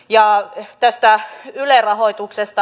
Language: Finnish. ja tästä yle rahoituksesta